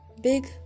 big